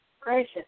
gracious